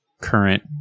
current